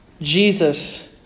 Jesus